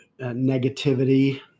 negativity